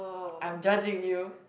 I'm judging you